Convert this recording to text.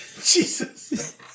Jesus